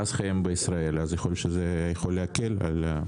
אז יכול להיות שזה יכול להקל.